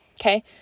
Okay